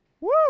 Woo